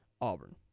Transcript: Auburn